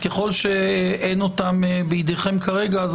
ככל שאין אותם בידיכם כרגע,